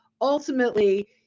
ultimately